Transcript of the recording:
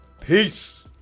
Peace